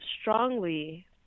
strongly